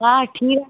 দাদা ঠিক আছে